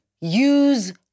use